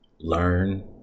learn